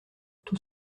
tous